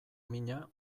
mina